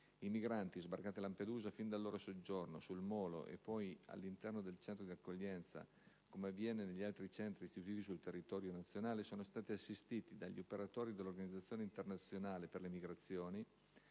I migranti sbarcati a Lampedusa, fin dal loro soggiorno sul molo e poi all'interno del centro di accoglienza - come avviene negli altri centri istituiti sul territorio nazionale - sono stati assistiti dagli operatori dell'Organizzazione internazionale per le migrazioni,